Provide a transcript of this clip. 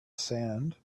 sand